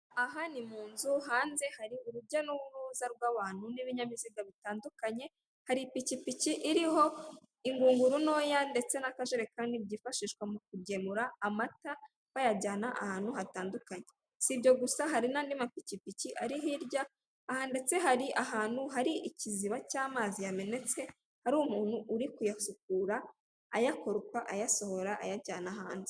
Aha ni mu nzu, hanze hari urujya n'uruza rw'abantu n'ibinyabiziga bitandukanye, hari ipikipiki iriho ingunguru ntoya ndetse n'akajerekani byifashishwa mu kugemura amata bayajyana ahantu hatandukanye. Si ibyo gusa, hari n'andi mapikipiki ari hirya. Aha ndetse hari ahantu hari ikiziba cy'amazi yamenetse, hari umuntu uri kuyasukura, ayakoropa, ayasohora, ayajyana hanze.